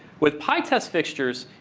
with pytest fixtures,